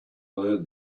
learn